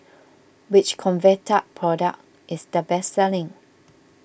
which Convatec product is the best selling